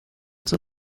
zur